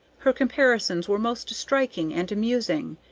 her comparisons were most striking and amusing,